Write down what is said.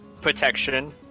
protection